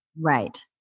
right